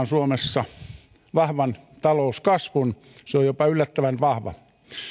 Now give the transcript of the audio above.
suomessa vahvan talouskasvun se on jopa yllättävän vahva